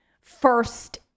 first